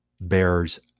bears